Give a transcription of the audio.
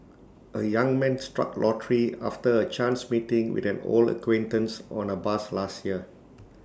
A young man struck lottery after A chance meeting with an old acquaintance on A bus last year